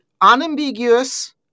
unambiguous